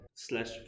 slash